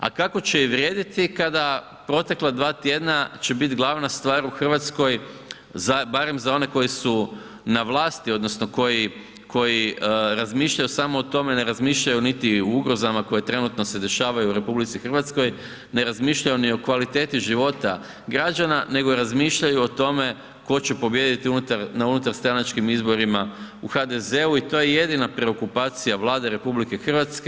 A kako će i vrijediti kada protekla dva tjedna će biti glavna stvar u Hrvatskoj barem za one koji su na vlasti odnosno koji razmišljaju samo o tome, ne razmišljaju niti o ugrozama koje se trenutno dešavaju u RH, ne razmišljaju ni o kvaliteti života građana nego razmišljaju o tome tko će pobijediti na unutarstranačkim izborima u HDZ-u i to je jedina preokupacija Vlade RH.